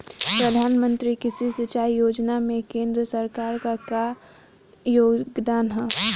प्रधानमंत्री कृषि सिंचाई योजना में केंद्र सरकार क का योगदान ह?